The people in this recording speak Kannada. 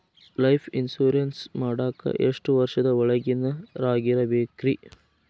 ಲೈಫ್ ಇನ್ಶೂರೆನ್ಸ್ ಮಾಡಾಕ ಎಷ್ಟು ವರ್ಷದ ಒಳಗಿನವರಾಗಿರಬೇಕ್ರಿ?